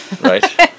right